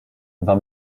war